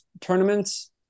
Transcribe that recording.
tournaments